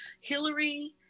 Hillary